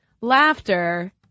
laughter